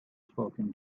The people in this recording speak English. spoken